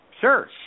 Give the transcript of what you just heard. sure